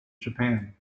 japan